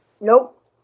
Nope